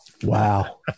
Wow